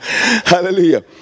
Hallelujah